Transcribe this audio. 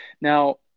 Now